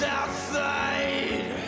outside